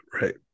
right